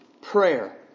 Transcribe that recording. prayer